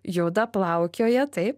juda plaukioja taip